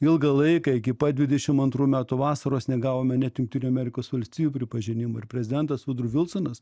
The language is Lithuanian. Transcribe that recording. ilgą laiką iki pat dvidešim antrų metų vasaros negavome net jungtinių amerikos valstijų pripažinimo ir prezidentas vudru vilsonas